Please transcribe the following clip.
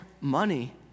money